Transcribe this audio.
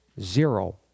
zero